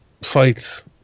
fights